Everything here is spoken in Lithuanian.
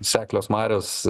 seklios marios